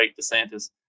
DeSantis